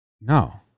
No